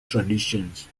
traditions